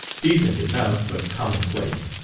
decent enough, but commonplace,